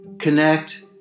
Connect